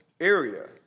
area